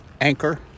Anchor